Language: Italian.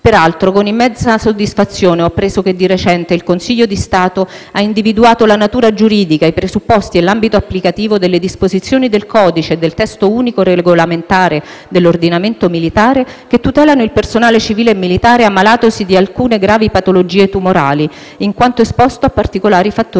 Peraltro, con immensa soddisfazione ho appreso che di recente il Consiglio di Stato ha individuato la natura giuridica, i presupposti e l'ambito applicativo delle disposizioni del codice dell'ordinamento militare (COM) e del testo unico regolamentare dell'ordinamento militare (TUOM) che tutelano il personale civile e militare ammalatosi di alcune gravi patologie tumorali in quanto esposto a particolari fattori